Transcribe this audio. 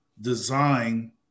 design